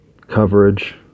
coverage